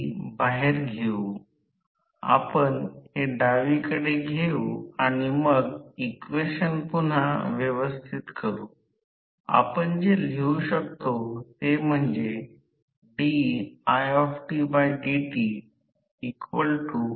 तर rotor emf वारंवारता अर्थातच f कारण रोटर फिरत नाही म्हणून रोटर emf ची वारंवारता देखील f असते